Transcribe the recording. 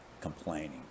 complaining